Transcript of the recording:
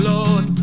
Lord